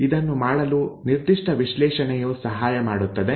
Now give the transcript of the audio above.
ಇದನ್ನು ಮಾಡಲು ನಿರ್ದಿಷ್ಟ ವಿಶ್ಲೇಷಣೆಯು ಸಹಾಯ ಮಾಡುತ್ತದೆ